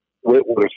Whitworth